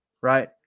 right